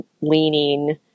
leaning